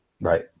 Right